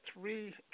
three